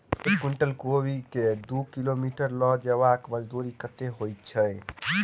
एक कुनटल कोबी केँ दु किलोमीटर लऽ जेबाक मजदूरी कत्ते होइ छै?